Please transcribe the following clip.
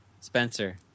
spencer